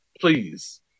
Please